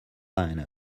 line